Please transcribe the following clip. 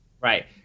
Right